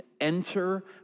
enter